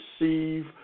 receive